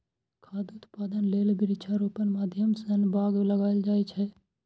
खाद्य उत्पादन लेल वृक्षारोपणक माध्यम सं बाग लगाएल जाए छै